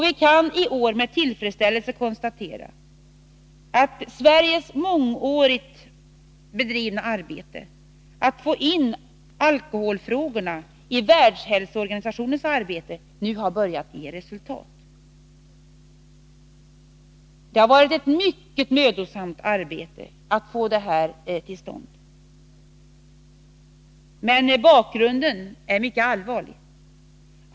Vi kan i år med tillfredsställelse konstatera att Sveriges mångårigt drivna arbete att få in alkoholfrågorna i Världshälsovårdsorganisationens arbete nu har börjat ge resultat. Det har varit ett mycket mödosamt arbete att få detta till stånd, men bakgrunden är mycket allvarlig.